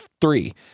Three